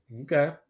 Okay